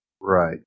Right